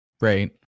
Right